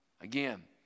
Again